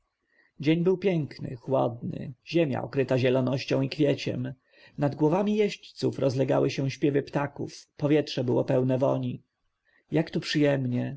dzień był piękny chłodny ziemia okryta zielonością i kwieciem nad głowami jeźdźców rozlegały się śpiewy ptaków powietrze było pełne woni jak tu przyjemnie